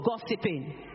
gossiping